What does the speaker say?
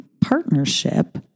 partnership